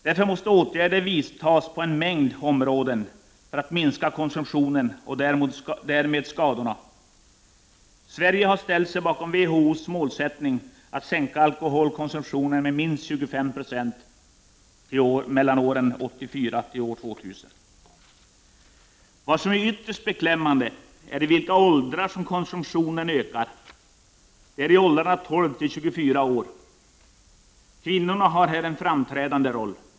Därför måste åtgärder vidtas på en mängd områden för att minska konsumtionen och därmed skadorna. Sverige har ställt sig bakom WHO:s mål att sänka alkoholkonsumtionen med minst 25 96 mellan åren 1984 och 2000. Vad som är ytterst beklämmande är i vilka åldrar som konsumtionen ökar, och det är i åldrarna 12-24 år. Kvinnorna har här en framträdande roll.